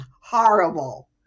horrible